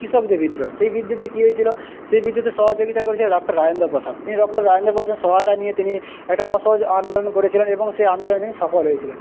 কৃষকদের বিদ্রোহ সেই বিদ্রোহতে কী হয়েছিল সেই বিদ্রোহতে সহযোগিতা করেছিল ডক্টর রাজেন্দ্র প্রসাদ তিনি ডক্টর রাজেন্দ্র প্রসাদের সহয়তা নিয়ে তিনি একটা অসহযোগ আন্দোলন করেছিলেন এবং সেই আন্দোলনে সফল হয়েছিল